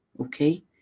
okay